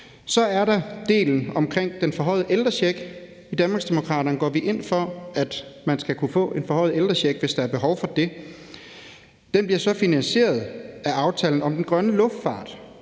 Så er der delen om den forhøjede ældrecheck. I Danmarksdemokraterne går vi ind for, at man skal kunne få en forhøjet ældrecheck, hvis der er behov for det. Den bliver så finansieret af aftalen om den grønne luftfart,